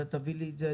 תביא לי את זה,